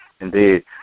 Indeed